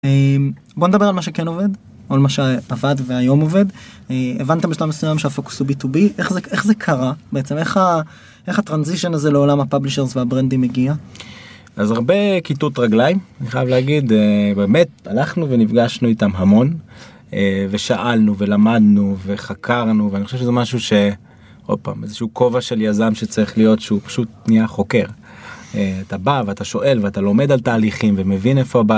בוא נדבר על מה שכן עובד על מה שעבד והיום עובד הבנת משלם מסוים שהפוקוס הוא b2b איך זה קרה בעצם איך ה-transition הזה לעולם ה-publishers והברנדים הגיע. - אז הרבה קיטות רגליים אני חייב להגיד באמת הלכנו ונפגשנו איתם המון ושאלנו ולמדנו וחקרנו ואני חושב שזה משהו שעוד פעם איזשהו כובע של יזם שצריך להיות שהוא פשוט נהיה חוקר. אתה בא ואתה שואל ואתה לומד על תהליכים ומבין איפה הבעיה.